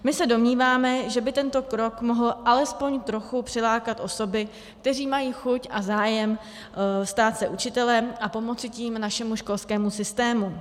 My se domníváme, že by tento krok mohl alespoň trochu přilákat osoby, které mají chuť a zájem stát se učitelem, a pomoci tím našemu školskému systému.